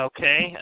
Okay